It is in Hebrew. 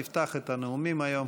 תפתח את הנאומים היום.